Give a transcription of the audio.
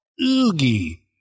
oogie